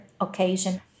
occasion